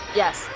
yes